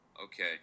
okay